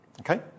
Okay